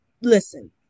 listen